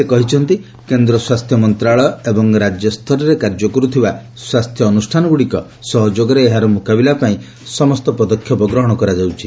ସେ କହିଛନ୍ତି କେନ୍ଦ୍ର ସ୍ୱାସ୍ଥ୍ୟ ମନ୍ତ୍ରଣାଳୟ ଏବଂ ରାଜ୍ୟସ୍ତରରେ କାର୍ଯ୍ୟ କରୁଥିବା ସ୍ୱାସ୍ଥ୍ୟ ଅନୁଷ୍ଠାନଗୁଡ଼ିକ ସହଯୋଗରେ ଏହାର ମୁକାବିଲା ପାଇଁ ସମସ୍ତ ପଦକ୍ଷେପ ଗ୍ରହଣ କରାଯାଉଛି